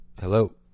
hello